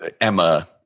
Emma